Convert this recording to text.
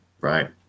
right